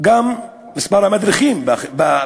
וגם את מספר המדריכים במגזר